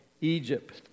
Egypt